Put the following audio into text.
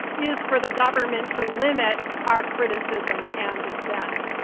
is for the government to limit our criticism and dissent.